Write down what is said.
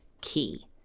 key